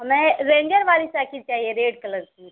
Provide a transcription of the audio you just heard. हमें रेंजर वाली साइकिल चाहिए रेड कलर की